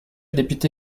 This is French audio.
député